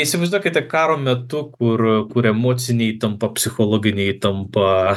įsivaizduokite karo metu kur kur emocinė įtampa psichologinė įtampą